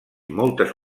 moltes